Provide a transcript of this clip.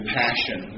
passion